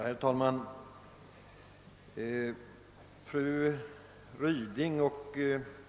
Herr talman!